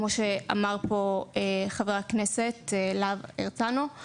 כמו שאמר חבר הכנסת להב הרצנו.